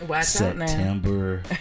September